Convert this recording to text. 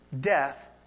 death